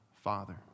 Father